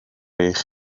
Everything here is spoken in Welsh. eich